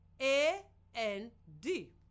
A-N-D